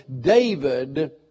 David